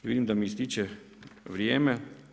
Vidim da mi ističe vrijeme.